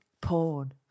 Porn